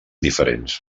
diferents